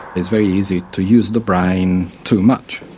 it's very easy to use the brain too much.